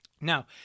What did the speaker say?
Now